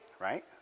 right